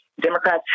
Democrats